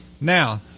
Now